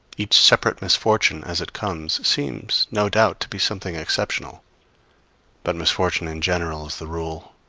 each separate misfortune, as it comes, seems, no doubt, to be something exceptional but misfortune in general is the rule.